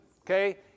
Okay